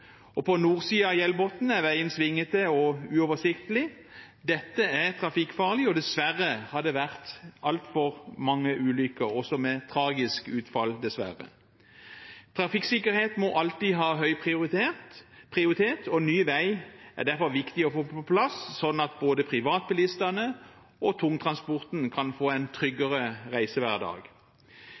svingete og uoversiktlig. Dette er trafikkfarlig, og dessverre har det vært altfor mange ulykker, også med tragisk utfall. Trafikksikkerhet må alltid ha høy prioritet, og ny vei er derfor viktig å få på plass, sånn at både privatbilistene og tungtransporten kan få en tryggere reisehverdag.